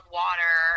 water